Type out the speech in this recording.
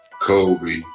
Kobe